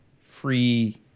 free